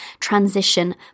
transition